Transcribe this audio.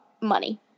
money